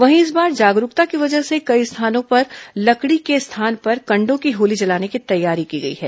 वहीं इस बार जागरूकता की वजह से कई जगहों पर लकड़ी के स्थान पर कण्डों की होली जलाने की तैयारी की गई है